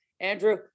Andrew